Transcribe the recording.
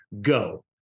Go